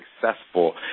successful